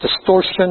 distortion